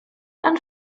and